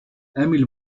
emil